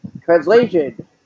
Translation